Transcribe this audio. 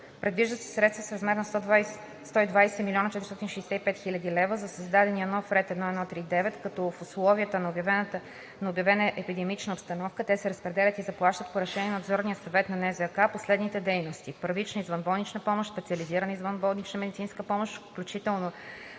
Предвиждат се средства в размер на 120 млн. 465 хил. лв. в създадения нов ред 1.1.3.9., като в условията на обявена епидемична обстановка те се разпределят и заплащат по решение на Надзорния съвет на НЗОК по следните дейности: първична извънболнична помощ; специализирана извънболнична медицинска помощ – включително